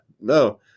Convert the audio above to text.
no